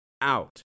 out